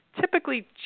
typically